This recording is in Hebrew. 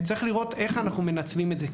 וצריך לראות איך אנחנו מנצלים את זה.